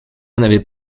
n’avait